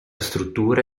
struttura